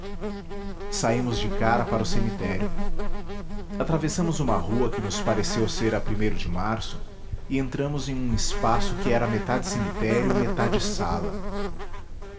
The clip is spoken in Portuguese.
saímos de cara para o cemitério atravessamos uma rua que nos pareceu ser a primeiro de março e entramos em um espaço que era metade cemitério metade sala